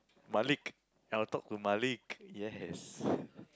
Malik I'll talk to Malik yes